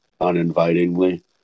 uninvitingly